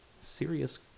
serious